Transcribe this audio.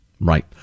Right